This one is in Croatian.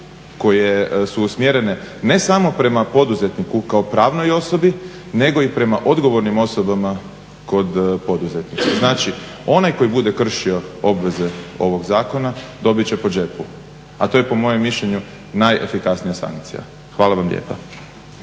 koje su usmjerene ne samo prema poduzetniku kao pravnoj osobi nego i prema odgovornim osobama kod poduzetnika. Znači, onaj koji bude kršio obveze ovog zakona dobit će po džepu. A to je po mojem mišljenju najefikasnija sankcija. Hvala vam lijepa.